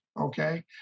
Okay